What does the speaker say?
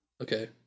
Okay